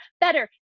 better